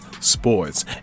sports